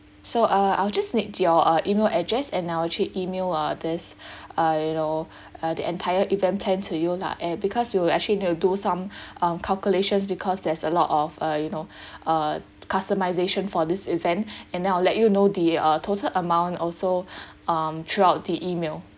so uh I'll just need your uh email address and I will actually email uh this uh you know uh the entire event plan to you lah eh because we will actually need to do some um calculations because there's a lot of uh you know uh customisation for this event and then I'll let you know the uh total amount also um throughout the email